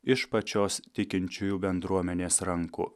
iš pačios tikinčiųjų bendruomenės rankų